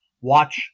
watch